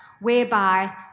whereby